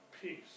peace